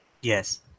Yes